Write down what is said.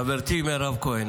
חברתי מירב כהן,